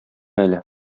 әле